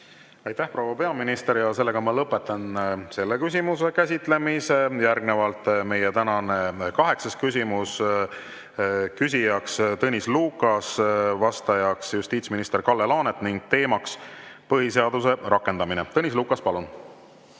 Aitäh, proua peaminister! Lõpetan selle küsimuse käsitlemise. Järgmisena meie tänane kaheksas küsimus. Küsija on Tõnis Lukas, vastaja justiitsminister Kalle Laanet ning teema on põhiseaduse rakendamine. Tõnis Lukas, palun!